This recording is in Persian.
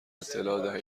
اطلاع